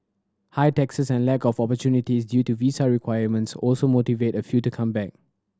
high taxes and lack of opportunities due to visa requirements also motivate a few to come back